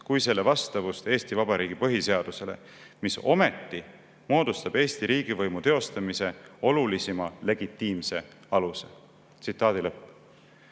kui selle vastavust Eesti Vabariigi põhiseadusele, mis ometi moodustab Eesti riigivõimu teostamise olulisima legitiimse aluse." Mis